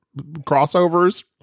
crossovers